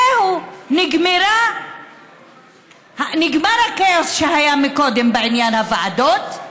זהו, נגמר הכאוס שהיה קודם בעניין הוועדות.